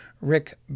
rick